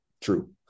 true